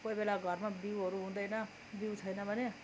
कोहीबेला घरमा बिउहरू हुँदैन बिउ छैन भने